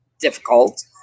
difficult